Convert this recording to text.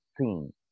seen